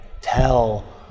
tell